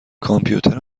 کامپیوتر